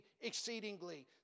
exceedingly